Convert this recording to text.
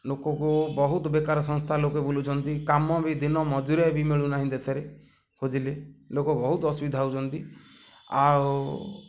ଲୋକକୁ ବହୁତ ବେକାର ସଂସ୍ଥା ଲୋକେ ବୁଲୁଛନ୍ତି କାମ ବି ଦିନ ମଜୁରିଆ ବି ମିଳୁନାହିଁ ଦେଶରେ ଖୋଜିଲେ ଲୋକ ବହୁତ ଅସୁବିଧା ହେଉଛନ୍ତି ଆଉ